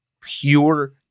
pure